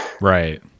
Right